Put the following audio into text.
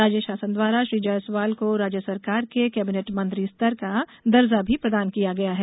राज्य शासन द्वारा श्री जायसवाल को राज्य सरकार के केबिनेट मंत्री स्तर का दर्जो भी प्रदान किया गया है